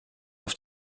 auf